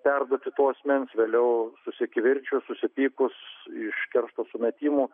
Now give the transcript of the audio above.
perduoti to asmens vėliau susikivirčijus susipykus iš keršto sumetimų